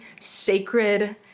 sacred